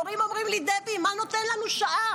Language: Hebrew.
הורים אומרים לי: דבי, מה נותן לנו שעה?